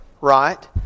right